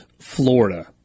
Florida